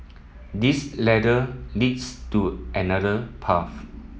this ladder leads to another path